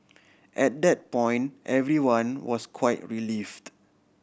at that point everyone was quite relieved